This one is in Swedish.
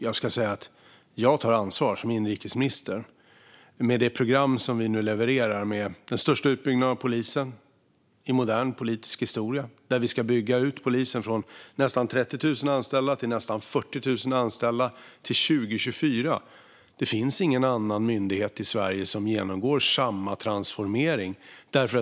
Jag som inrikesminister tar ansvar med det program som vi nu levererar med den största utbyggnaden av polisen i modern politisk historia, och vi ska bygga ut polisen från nästan 30 000 anställda till nästan 40 000 anställda till 2024. Det finns ingen annan myndighet i Sverige som genomgår samma transformering.